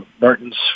Martin's